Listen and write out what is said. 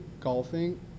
golfing